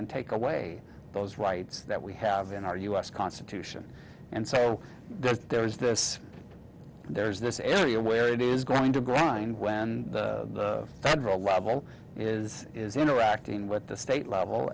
and take away those rights that we have in our u s constitution and so there is this there's this area where it is going to grind when the federal level is is interacting with the state level